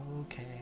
okay